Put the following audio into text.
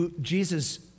Jesus